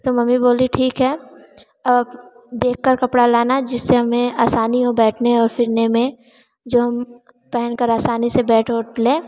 तो मम्मी बोली ठीक है देखकर कपड़ा लाना जिससे हमें असानी हो बैठने और फिरने में जो हम पहनकर असानी से बैठ उठ ले